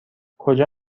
کجا